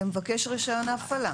למבקש רישיון ההפעלה.